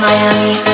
Miami